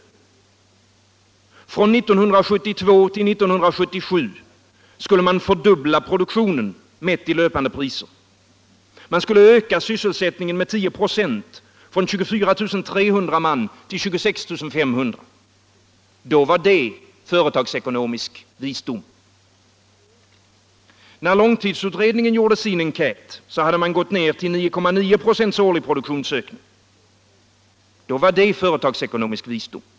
Från 1972 till 1977 skulle man fördubbla produktionen, mätt i löpande priser. Man skulle öka sysselsättningen med 10 96, från 24 300 till 26 500 man. Då var det företagsekonomisk visdom. När långtidsutredningen gjorde sin enkät hade man gått ner till 9,9 26 årlig produktionsökning. Då var det företagsekonomisk visdom.